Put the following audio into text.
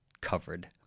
covered